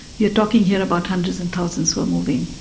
you're talking here about hundreds and thousands who are moving.